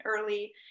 early